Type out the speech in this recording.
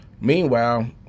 Meanwhile